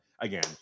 again